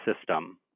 system